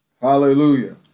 Hallelujah